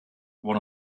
what